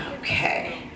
Okay